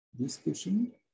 discussion